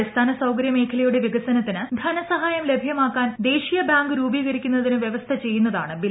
അടിസ്ഥിന്റെ സൌകര്യ മേഖലയുടെ വികസനത്തിന് ധനസഹായം ലഭ്യമിക്ക്കാൻ ദേശീയ ബാങ്ക് രൂപീകരിക്കുന്നതിന് വ്യവസ്ഥ ചെയ്യുന്ന്താ്ണ് ബിൽ